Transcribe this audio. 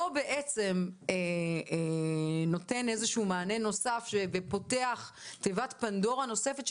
בעצם נותן איזשהו מענה נוסף ופותח תיבת פנדורה נוספת.